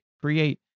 create